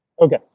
Okay